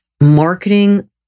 marketing